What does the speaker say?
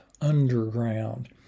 Underground